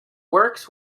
works